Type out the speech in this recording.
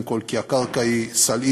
קודם כול כי הקרקע היא סלעית,